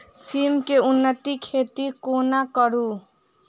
सिम केँ उन्नत खेती कोना करू?